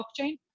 blockchain